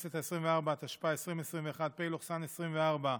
הכנסת העשרים-וארבע, התשפ"א 2021, פ/1730/24,